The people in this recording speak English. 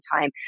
time